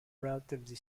relatively